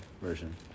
version